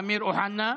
אמיר אוחנה,